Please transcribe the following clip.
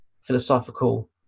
philosophical